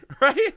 right